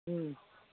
ꯎꯝ